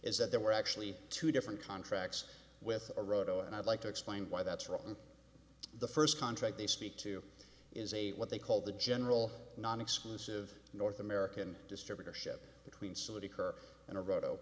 is that there were actually two different contracts with a row and i'd like to explain why that's wrong in the first contract they speak to is a what they call the general non exclusive north american distributorship between so that occur in a row